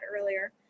earlier